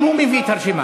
אם הוא מביא את הרשימה.